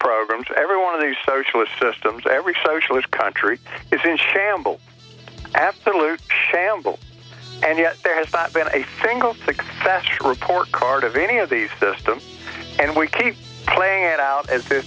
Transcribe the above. programs every one of these socialist systems every socialist country is in shambles absolute shambles and yet there has not been a single success report card of any of these systems and we keep playing it out as